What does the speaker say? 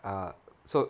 ah so